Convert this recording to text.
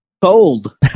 Cold